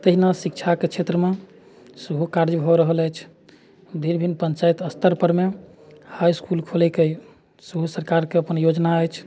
तहिना शिक्षाके क्षेत्रमे सेहो कार्य भऽ रहल अछि भिन्न भिन्न पञ्चायत स्तर परमे हाइ इसकुल खोलैके सेहो सरकारके अपन योजना अछि